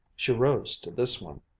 she rose to this one.